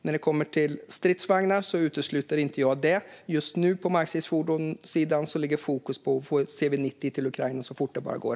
Jag utesluter inte stridsvagnar, men just nu på markstridsfordonssidan ligger fokus på att få CV90 till Ukraina så fort det bara går.